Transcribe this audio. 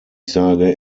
sage